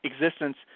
existence